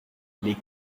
les